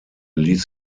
ließ